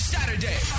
Saturday